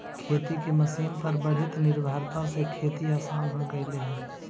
खेती के मशीन पर बढ़ीत निर्भरता से खेती आसान हो गेले हई